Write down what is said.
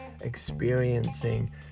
experiencing